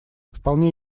вполне